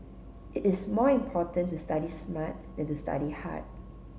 it is more important to study smart than to study hard